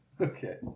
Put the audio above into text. Okay